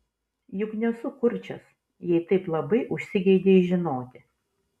juk nesu kurčias jei taip labai užsigeidei žinoti